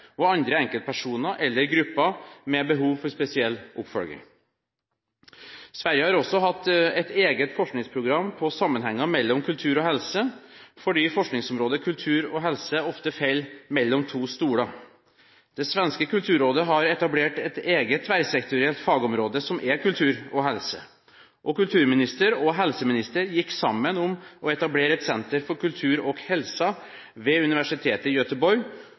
og andre enkeltpersoner eller grupper med behov for spesiell oppfølging. Sverige har også hatt et eget forskningsprogram på sammenhenger mellom kultur og helse fordi forskningsområdet kultur og helse ofte faller mellom to stoler. Det svenske kulturrådet har etablert et eget tverrsektorielt fagområde som er kultur og helse, og kulturminister og helseminister gikk sammen om å etablere et senter for kultur og helse ved Universitetet i